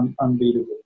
unbeatable